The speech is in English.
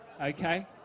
okay